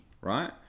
right